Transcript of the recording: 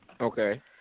Okay